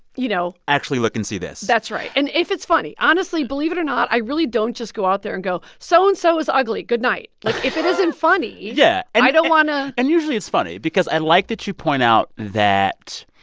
you know. actually look and see this that's right, and if it's funny. honestly, believe it or not, i really don't just go out there and go so so-and-so so is ugly. good night. like if it isn't funny. yeah i don't want to. and usually it's funny because i like that you point out that